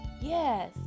yes